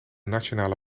nationale